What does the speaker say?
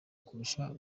kurusha